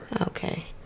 Okay